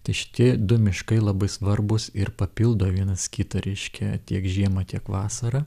tai šitie du miškai labai svarbus ir papildo vienas kitą reiškia tiek žiemą tiek vasarą